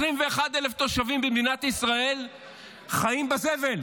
21,000 תושבים במדינת ישראל חיים בזבל,